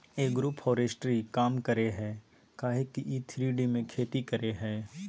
agroforestry काम करेय हइ काहे कि इ थ्री डी में खेती करेय हइ